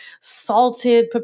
salted